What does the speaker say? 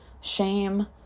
shame